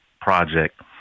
Project